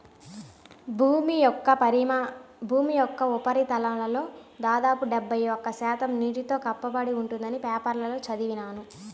భూమి యొక్క ఉపరితలంలో దాదాపు డెబ్బై ఒక్క శాతం నీటితో కప్పబడి ఉందని పేపర్లో చదివాను